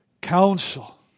counsel